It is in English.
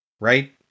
Right